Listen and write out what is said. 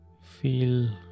feel